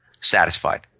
satisfied